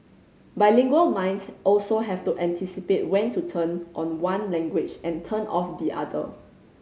bilingual minds also have to anticipate when to turn on one language and turn off the other